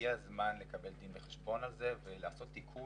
הגיע הזמן לקבל דיון חשבון על זה ולעשות תיקון